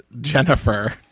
Jennifer